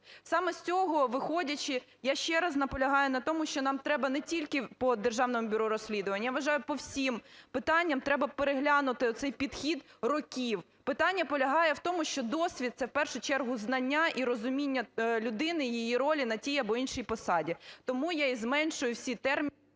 Саме з цього виходячи, я ще раз наполягаю на тому, що нам треба не тільки по Державному бюро розслідувань, я вважаю, по всім питанням треба переглянути оцей підхід років. Питання полягає в тому, що досвід – це в першу чергу знання і розуміння людини і її ролі на тій або іншій посаді. Тому я і зменшую всі...